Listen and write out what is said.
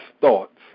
thoughts